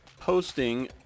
posting